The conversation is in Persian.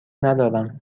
ندارم